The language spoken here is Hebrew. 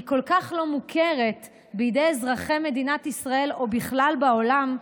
היא כל כך לא מוכרת בידי אזרחי מדינת ישראל או בכלל בעולם,